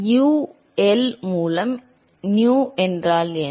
UL மூலம் nu என்றால் என்ன